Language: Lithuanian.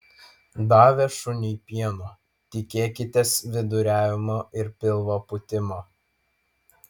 davę šuniui pieno tikėkitės viduriavimo ir pilvo pūtimo